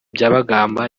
byabagamba